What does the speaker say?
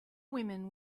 women